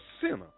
sinner